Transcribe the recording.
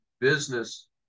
business